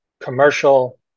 commercial